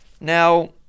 Now